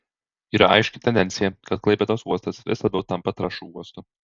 yra aiški tendencija kad klaipėdos uostas vis labiau tampa trąšų uostu